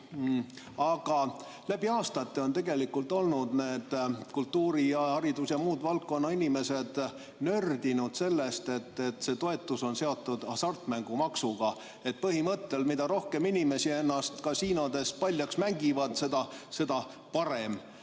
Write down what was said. Aga läbi aastate on olnud kultuuri‑, haridus‑ ja muude valdkondade inimesed nördinud sellest, et see toetus on seotud hasartmängumaksuga, põhimõttel, et mida rohkem inimesi ennast kasiinodes paljaks mängib, seda parem.